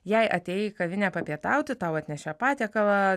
jei atėjai į kavinę papietauti tau atnešė patiekalą